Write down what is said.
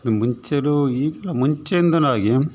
ಇದು ಮುಂಚೆನೂ ಈಗಿನ ಮುಂಚೆಯಿಂದಾನೂ ಹಾಗೇ